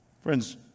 Friends